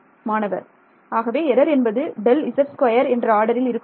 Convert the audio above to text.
மாணவர் ஆகவே எரர் என்பது டெல் Z ஸ்கொயர் என்ற ஆர்டரில் இருக்குமா